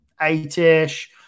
eight-ish